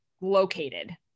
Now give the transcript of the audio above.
located